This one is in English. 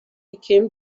became